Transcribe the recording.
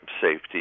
safety